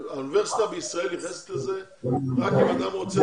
האוניברסיטה בישראל נכנסת לזה רק אם אדם רוצה ללמוד?